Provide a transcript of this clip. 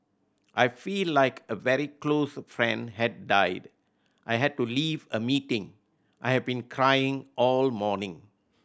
I feel like a very close friend had died I had to leave a meeting I've been crying all morning